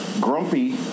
grumpy